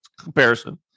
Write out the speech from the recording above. comparison